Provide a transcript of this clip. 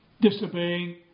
disobeying